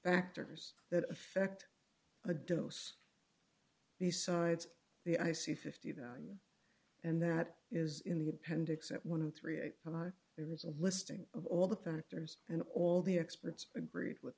factors that affect a dose besides the i c fifty nine and that is in the appendix at one of three and there is a listing of all the factors and all the experts agree with